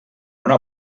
una